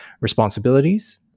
responsibilities